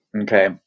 okay